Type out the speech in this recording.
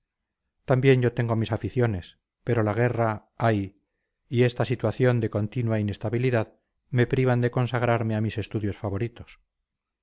también yo tengo mis aficiones pero la guerra ay y esta situación de continua inestabilidad me privan de consagrarme a mis estudios favoritos